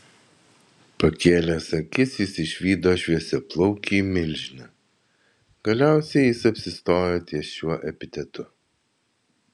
pakėlęs akis jis išvydo šviesiaplaukį milžiną galiausiai jis apsistojo ties šiuo epitetu